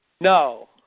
No